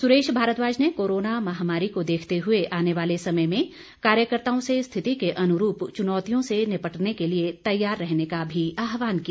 सुरेश भारद्वाज ने कोरोना महामारी को देखते हुए आने वाले समय में कार्यकर्ताओं से स्थिति के अनुरूप चुनौतियों से निपटने के लिए तैयार रहने का भी आहवान किया